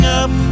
up